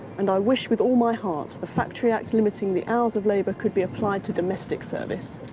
and i wish with all my heart the factory act limiting the hours of labour could be applied to domestic service.